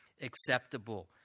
acceptable